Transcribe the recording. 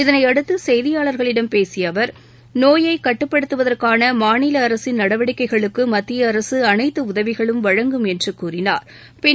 இதனையடுத்துசெய்தியாளர்களிடம் பேசியஅவர் நோயைக் கட்டுப்படுத்துவதற்கானமாநிலஅரசின் நடவடிக்கைகளுக்குமத்திய அரசு அனைத்துஉதவிகளும் வழங்கும் என்றுகூறினாா்